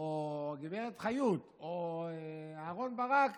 או הגב' חיות או אהרן ברק